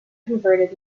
converted